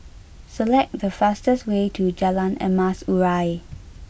select the fastest way to Jalan Emas Urai